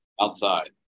Outside